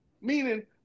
Meaning